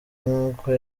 nk’uko